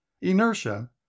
Inertia